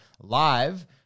live